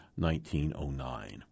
1909